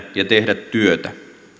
ja tehdä työtä